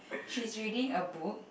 she's reading a book